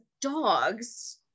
dogs